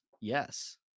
Yes